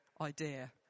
idea